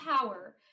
power